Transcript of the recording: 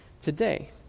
today